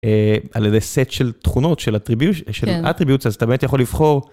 על ידי סט של תכונות של Attributes אז אתה באמת יכול לבחור